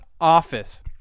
office